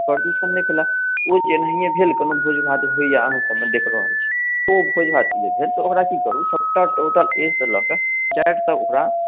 प्रदूषण नहि फैले ओ जेनाहिए भेल कोनो भोज भात होइया अहाँसबमे देखि रहल छियै ओ भोज भात जे भेल तऽ ओकरा की करू सबटा टोटल ए से लऽ के जेड तक ओकरा